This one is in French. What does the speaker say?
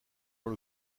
dans